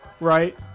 right